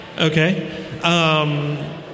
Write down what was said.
okay